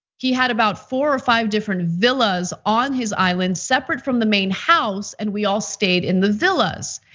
he had about four or five different villas on his island separate from the main house and we all stayed in the villas.